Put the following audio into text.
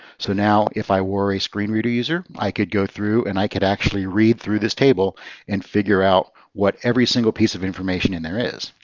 so now if i were a screen reader user, i could go through, and i could actually read through this table and figure out what every single piece of information in there is.